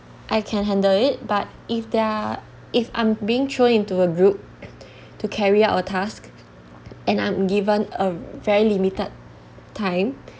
I can handle it but if there are if I'm being thrown into a group to carry out a task and I'm given a very limited time